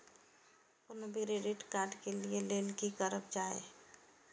कोनो भी credit card लिए के लेल की करल जाय?